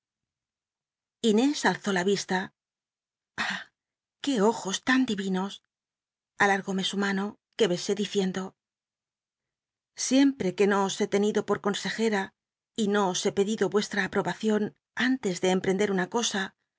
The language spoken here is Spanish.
inés alzó la vista qué ojos tan dirinos l alargóme su mano que besé diciendo siempre que no o he tenido por consejera y no os he pedido ue ha aprobacion antes de cmprende una cosa